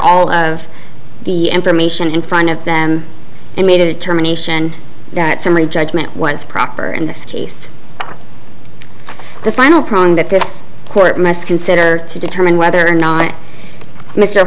all of the information in front of them and made a determination that summary judgment was proper in this case the final problem that this court must consider to determine whether or not mr